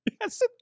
Yes